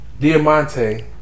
diamante